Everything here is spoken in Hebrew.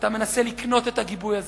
אתה מנסה לקנות את הגיבוי הזה,